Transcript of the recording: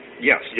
Yes